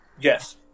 Yes